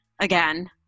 again